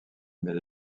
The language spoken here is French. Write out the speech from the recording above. mais